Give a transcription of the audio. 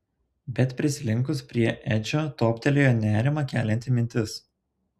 bet prislinkus prie edžio toptelėjo nerimą kelianti mintis